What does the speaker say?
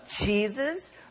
Jesus